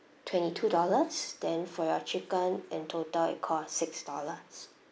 twenty two dollars then for your chicken in total it cost six dollars